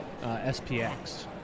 SPX